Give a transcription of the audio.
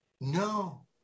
No